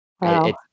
Wow